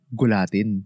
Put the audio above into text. gulatin